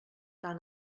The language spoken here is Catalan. tan